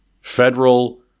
federal